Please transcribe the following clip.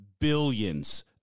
billions